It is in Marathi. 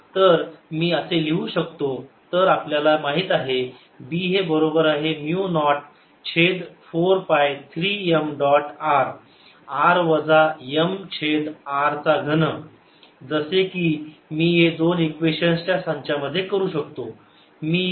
तर मी असे लिहू शकतो तर आपल्याला माहित आहे B हे बरोबर आहे म्यु 0 छेद 4 पाय 3 m डॉट r r वजा m छेद r चा घन जसे मी या दोन इक्वेशन्स च्या संचामध्ये करू शकतो